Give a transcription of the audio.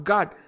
God